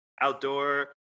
outdoor